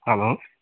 हलो